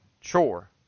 chore